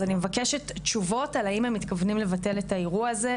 אז אני מבקשת תשובות על האם הם מתכוונים לבטל את האירוע הזה,